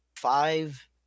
five